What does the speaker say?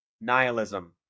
nihilism